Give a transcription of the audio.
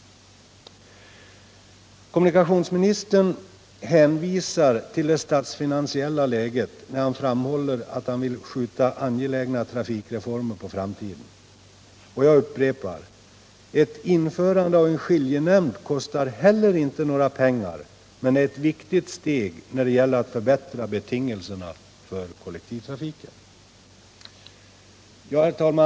Kommunikationsministern hänvisar till det statsfinansiella läget och framhåller att han vill skjuta angelägna trafikreformer på framtiden. Jag upprepar: Ett införande av en skiljenämnd kostar inte heller några pengar men är ett viktigt steg när det gäller att förbättra betingelserna för kollektivtrafiken. Herr talman!